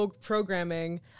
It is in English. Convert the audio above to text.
programming